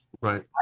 right